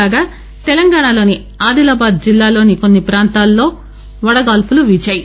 కాగా తెలంగాణాలోని ఆదిలాబాద్ జిల్లాలోని కొన్సి ప్రాంతాల్లో వడగాల్పులు వీచాయి